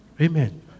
Amen